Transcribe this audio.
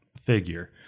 figure